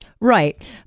Right